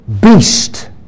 beast